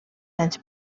anys